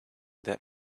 that